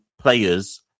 players